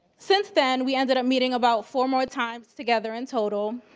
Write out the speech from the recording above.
since then, we ended up meeting about four more times together in total.